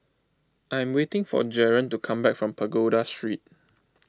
I'm waiting for Jaren to come back from Pagoda Street